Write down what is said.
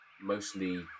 mostly